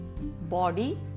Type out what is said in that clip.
body